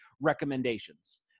recommendations